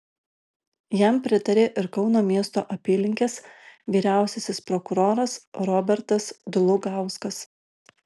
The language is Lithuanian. jam pritarė ir kauno miesto apylinkės vyriausiasis prokuroras robertas dlugauskas